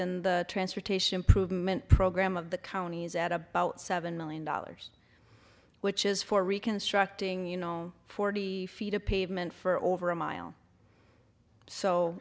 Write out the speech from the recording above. in the transportation prove meant program of the counties at about seven million dollars which is for reconstructing you know forty feet of pavement for over a mile so